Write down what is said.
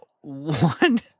one